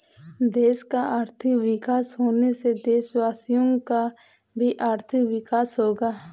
देश का आर्थिक विकास होने से देशवासियों का भी आर्थिक विकास होगा